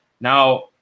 Now